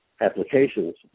applications